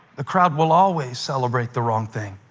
the crowd will always celebrate the wrong thing.